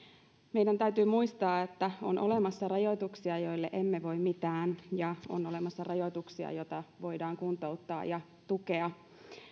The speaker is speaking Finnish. meidän täytyy muistaa että on olemassa rajoituksia joille emme voi mitään ja on olemassa rajoituksia joita voidaan kuntouttaa ja tukea